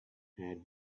had